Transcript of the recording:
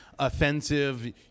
Offensive